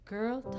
Girl